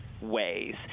ways